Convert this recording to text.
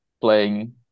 playing